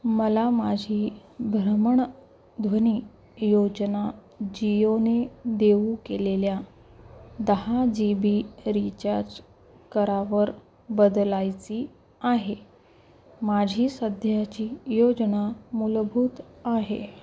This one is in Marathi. मला माझी भ्रमणध्वनी योजना जिओने देऊ केलेल्या दहा जी बी रीचार्ज करावर बदलायची आहे माझी सध्याची योजना मुलभूत आहे